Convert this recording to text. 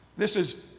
this is,